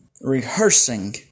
rehearsing